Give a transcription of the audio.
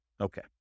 Okay